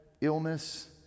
illness